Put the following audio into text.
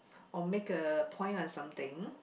or make a point on something